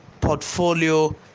portfolio